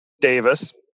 Davis